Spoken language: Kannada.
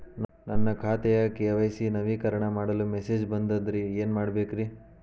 ನನ್ನ ಖಾತೆಯ ಕೆ.ವೈ.ಸಿ ನವೇಕರಣ ಮಾಡಲು ಮೆಸೇಜ್ ಬಂದದ್ರಿ ಏನ್ ಮಾಡ್ಬೇಕ್ರಿ?